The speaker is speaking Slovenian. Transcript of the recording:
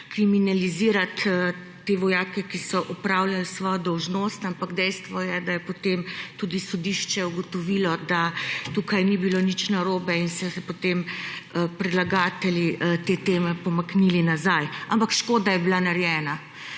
kriminalizirati te vojake, ki so opravljali svojo dolžnost. Ampak dejstvo je, daje potem tudi sodišče ugotovilo, da tukaj ni bilo nič narobe, in so se potem predlagatelji te teme pomaknili nazaj. Ampak škoda je bila narejena.